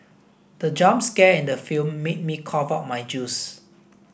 the jump scare in the film made me cough out my juice